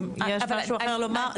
יש משהו אחר לומר?